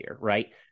right